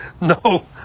No